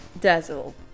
dazzle